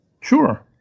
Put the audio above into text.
Sure